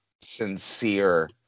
sincere